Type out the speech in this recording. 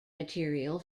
material